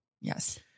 Yes